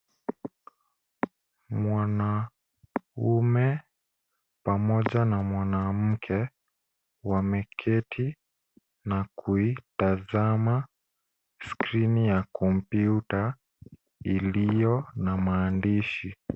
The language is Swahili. Mwanaume pamoja na mwanamke wameketi na kuitazama skrini ya kompyuta iliyo na maandishi.